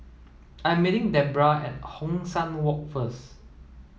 I'm meeting Debbra at Hong San Walk first